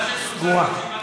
סגורה.